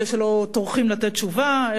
אלה שלא טורחים לתת תשובה,